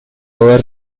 lower